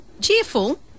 cheerful